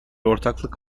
ortaklık